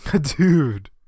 Dude